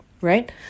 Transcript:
Right